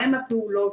מהן הפעולות?